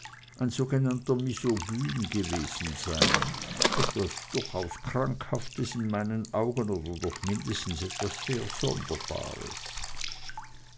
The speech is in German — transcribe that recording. ein sogenannter misogyne gewesen sein etwas durchaus krankhaftes in meinen augen oder doch mindestens etwas sehr sonderbares